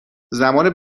زمان